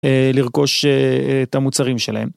לרכוש את המוצרים שלהם.